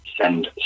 send